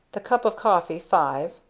the cup of coffee five,